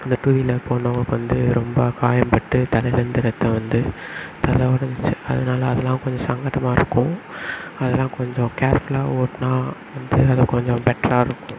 அந்த two wheeler போனவங்களுக்கு வந்து ரொம்ப காயம் பட்டு தலையிலேருந்து ரத்தம் வந்து தலை ஒடைஞ்சிச்சி அதனால் அதலாம் கொஞ்சம் சங்கடமா இருக்கும் அதலாம் கொஞ்சம் கேர்ஃபுல்லாக ஓட்டினா வந்து அது கொஞ்சம் பெட்டராக இருக்கும்